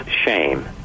shame